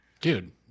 dude